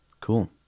Cool